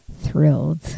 thrilled